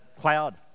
cloud